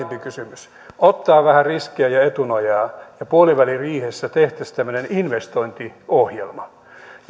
kysymys ottaa vähän riskejä ja etunojaa ja puoliväliriihessä tehtäisiin tämmöinen investointiohjelma